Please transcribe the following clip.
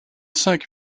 cinq